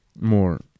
more